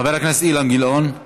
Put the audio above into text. חבר הכנסת אילן גילאון,